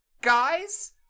Guys